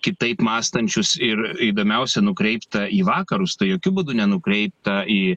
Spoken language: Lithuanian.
kitaip mąstančius ir įdomiausia nukreipta į vakarus tai jokiu būdu nenukreipta į